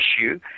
issue